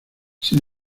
sin